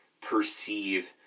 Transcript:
perceive